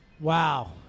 Wow